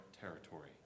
territory